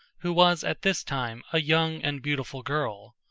who was at this time a young and beautiful girl.